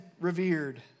revered